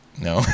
No